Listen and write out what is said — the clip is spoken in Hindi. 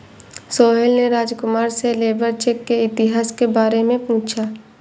सोहेल ने राजकुमार से लेबर चेक के इतिहास के बारे में पूछा